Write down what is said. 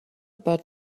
about